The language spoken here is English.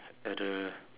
at the